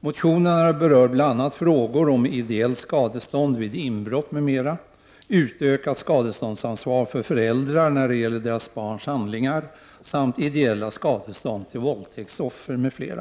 Motionerna berör bl.a. frågor om idellt skadestånd vid inbrott m.m., utökat skadeståndsansvar för föräldrar när det gäller deras barns handlingar samt ideella skadestånd till våldtäktsoffer m.fl.